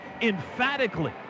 emphatically